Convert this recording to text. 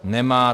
Nemá.